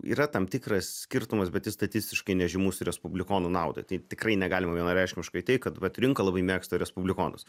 yra tam tikras skirtumas bet jis statistiškai nežymus respublikonų naudai tai tikrai negalima vienareikšmiškai teigt kad vat rinka labai mėgsta respublikonus